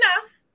enough